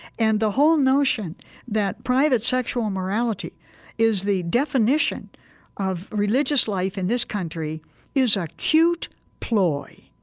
and the whole notion that private sexual morality is the definition of religious life in this country is a cute ploy.